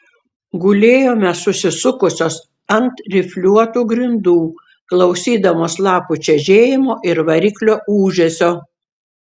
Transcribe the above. gulėjome susisukusios ant rifliuotų grindų klausydamos lapų čežėjimo ir variklio ūžesio